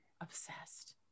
Obsessed